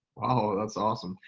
wow, that's awesome.